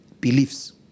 beliefs